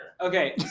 Okay